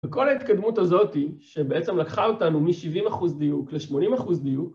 כל ההתקדמות הזאת שבעצם לקחה אותנו מ-70% דיוק ל-80% דיוק